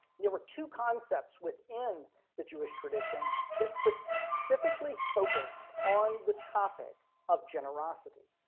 there were two concepts within the jewish tradition that specifically focused on the topic of generosity.